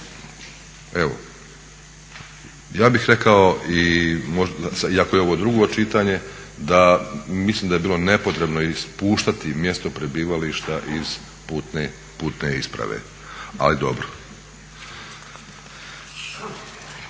evo. Ja bih rekao i možda, iako je ovo drugo čitanje da mislim da je bilo nepotrebno ispuštati mjesto prebivališta iz putne isprave, ali dobro.